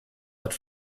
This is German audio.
hat